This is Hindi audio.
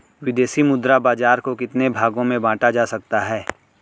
विदेशी मुद्रा बाजार को कितने भागों में बांटा जा सकता है?